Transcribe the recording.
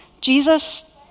Jesus